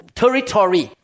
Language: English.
territory